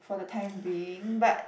for the time being but